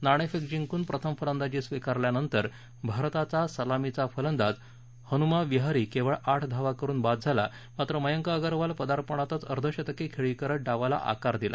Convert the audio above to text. नाणेफेक जिंकून प्रथम फलंदाजी स्वीकारल्यानंतर भारताचा सलामीचा फलंदाज हनुमा विहारी केवळ आठ धावा करून बाद झाला मात्र मयंक अगरवाल पर्दापणातच अर्धशतकी खेळी करत डावाला आकार दिला